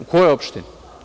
U kojoj opštini?